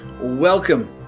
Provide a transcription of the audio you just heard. Welcome